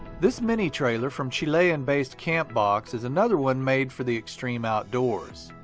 this mini trailer from chilean-based campbox is another one made for the extreme outdoors.